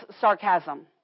sarcasm